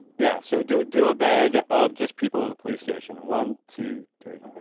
yeah, so do do a bed of just people in the police station. one, two, three